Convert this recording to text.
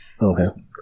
Okay